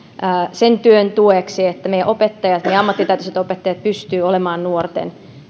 sen työn tueksi että meidän ammattitaitoiset opettajat pystyvät olemaan nuorten